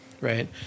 right